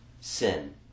sin